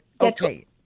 okay